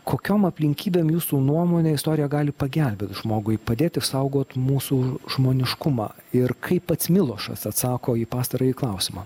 kokiom aplinkybėm jūsų nuomone istorija gali pagelbėt žmogui padėt išsaugot mūsų žmoniškumą ir kaip pats milošas atsako į pastarąjį klausimą